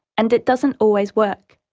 and it doesn't always work.